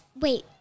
Wait